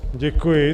Děkuji.